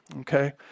okay